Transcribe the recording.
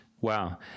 Wow